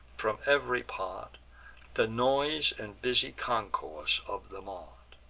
from ev'ry part the noise and busy concourse of the mart.